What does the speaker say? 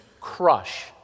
crush